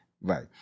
Right